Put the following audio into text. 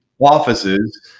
offices